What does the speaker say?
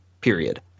period